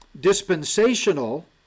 dispensational